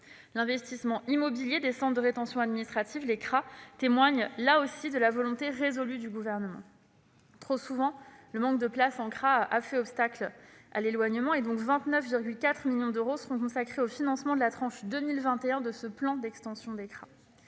L'investissement immobilier concernant les centres de rétention administrative témoigne également de la volonté résolue du Gouvernement. Trop souvent, le manque de places en CRA a fait obstacle à l'éloignement ; 29,4 millions d'euros seront consacrés au financement de la tranche 2021 de ce plan d'extension des CRA.